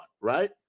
right